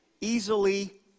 easily